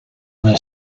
their